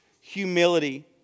humility